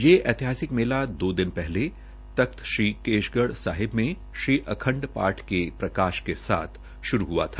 यह ऐतिहासिक मेला दो दिन पहले तख्त श्रीकेशगढ़ साहिब में श्री अखंड पाठ के प्रकाश के साथ श्रू हआ था